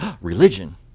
Religion